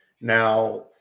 Now